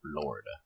Florida